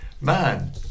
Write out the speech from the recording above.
Man